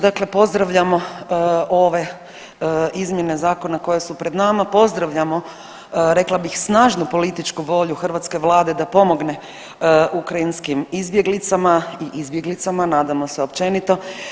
Dakle, pozdravljamo ove izmjene zakona koje su pred nama, pozdravljamo rekla bih snažnu političku volju hrvatske vlade da pomogne ukrajinskim izbjeglicama i izbjeglicama nadamo se općenito.